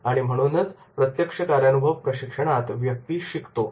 आणि म्हणूनच प्रत्यक्ष कार्यानुभव प्रशिक्षणात व्यक्ती शिकतो